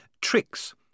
tricks